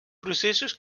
processos